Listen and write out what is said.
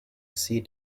see